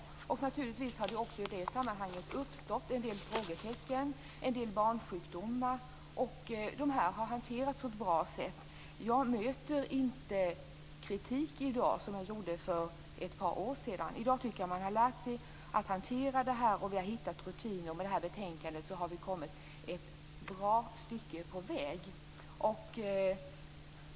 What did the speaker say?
Det har naturligtvis också i det sammanhanget uppstått en del frågetecken och en del barnsjukdomar, och de har hanterats på ett bra sätt. Jag möter i dag inte kritik som jag gjorde för ett par år sedan. I dag har man lärt sig att hantera detta och har hittat rutiner. Med det här betänkandet har vi kommit ett bra stycke på väg.